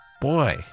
boy